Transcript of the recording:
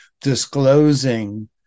disclosing